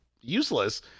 useless